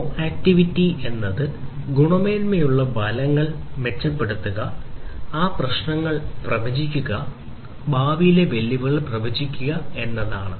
proactivity ഗുണമേന്മയുള്ള പ്രശ്നങ്ങൾ പ്രവചിക്കുക സുരക്ഷ മെച്ചപ്പെടുത്തുക ഭാവി ഫലങ്ങൾ പ്രവചിക്കുക ഭാവിയിലെ വെല്ലുവിളികൾ പ്രവചിക്കുക എന്നതാണ്